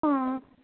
অঁ